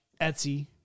Etsy